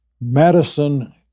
Madison